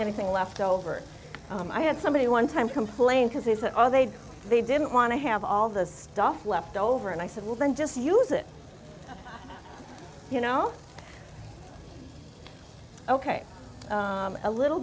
anything left over i had somebody one time complain because they said all they did they didn't want to have all this stuff left over and i said well then just use it you know ok a little